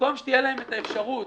ובמקום שתהיה להם אפשרות